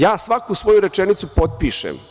Ja svaku svoju rečenicu potpišem.